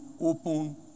open